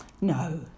No